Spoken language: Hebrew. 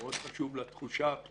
זה מאוד חשוב לתחושה הפנימית.